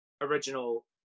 original